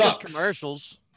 commercials